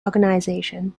organization